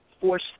force